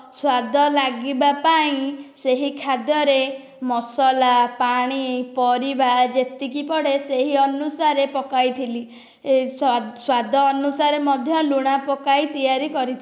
ସ୍ୱାଦ ଲାଗିବାପାଇଁ ସେହି ଖାଦ୍ୟରେ ମସଲା ପାଣି ପରିବା ଯେତିକି ପଡ଼େ ସେହି ଅନୁସାରେ ପକାଇଥିଲି ସ୍ୱାଦ ଅନୁସାରେ ମଧ୍ୟ ଲୁଣ ପକାଇ ତିଆରି କରିଥିଲି